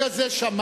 ברגע זה שמעתי,